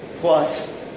plus